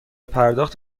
پرداخت